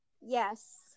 Yes